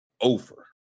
over